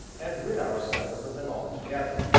and rid ourselves of them altogether.